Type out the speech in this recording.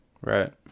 Right